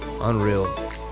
unreal